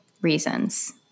reasons